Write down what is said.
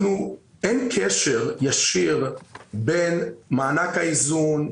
אין קשר ישיר בין מענק האיזון,